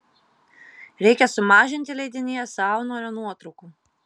reikia sumažinti leidinyje saunorio nuotraukų